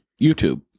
YouTube